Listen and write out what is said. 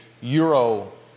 Euro